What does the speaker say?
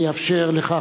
אני אאפשר לך,